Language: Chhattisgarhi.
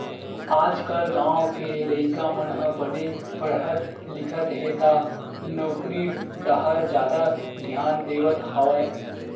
आजकाल गाँव के लइका मन ह बने पड़हत लिखत हे त नउकरी डाहर जादा धियान देवत हवय